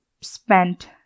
spent